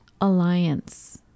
alliance